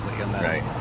Right